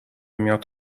میاد